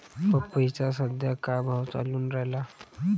पपईचा सद्या का भाव चालून रायला?